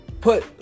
put